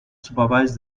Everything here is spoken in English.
supervise